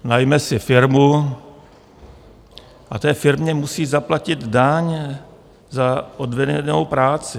Najme si firmu a té firmě musí zaplatit daň za odvedenou práci.